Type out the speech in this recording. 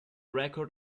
record